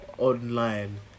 online